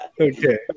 Okay